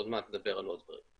ועוד מעט נדבר על עוד דברים.